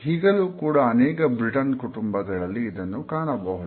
ಈಗಲೂ ಕೂಡ ಅನೇಕ ಬ್ರಿಟನ್ ಕುಟುಂಬಗಳಲ್ಲಿ ಇದನ್ನು ಕಾಣಬಹುದು